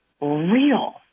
real